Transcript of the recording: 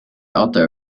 author